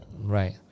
right